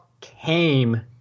came